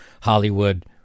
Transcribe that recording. Hollywood